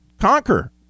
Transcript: conquer